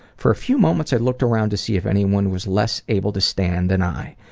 for a few moments i looked around to see if anyone was less able to stand than i,